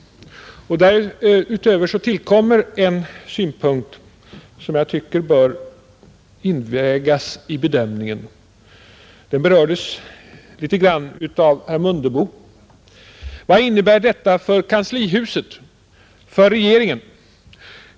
Därtill kommer en synpunkt som enligt min mening bör invägas vid bedömningen. Den berördes litet grand av herr Mundebo. Vad innebär denna utflyttning för kanslihuset och för regeringen?